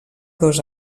dos